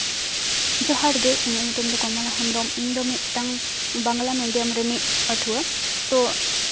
ᱡᱚᱦᱟᱨᱜᱮ ᱤᱧᱟᱹᱜ ᱧᱩᱛᱩᱢ ᱫᱚ ᱠᱚᱢᱚᱞᱟ ᱦᱮᱢᱵᱨᱚᱢ ᱤᱧᱫᱚ ᱢᱤᱫᱴᱟᱱ ᱵᱟᱝᱞᱟ ᱢᱤᱰᱤᱭᱟᱢ ᱨᱤᱱᱤᱡ ᱯᱟᱹᱴᱷᱩᱣᱟᱹ ᱛᱳ